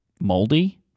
moldy